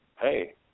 hey